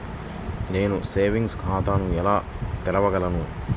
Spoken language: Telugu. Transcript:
నేను సేవింగ్స్ ఖాతాను ఎలా తెరవగలను?